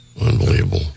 Unbelievable